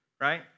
right